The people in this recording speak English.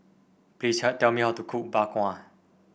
please tell me how to cook Bak Kwa